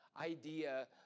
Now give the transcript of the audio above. idea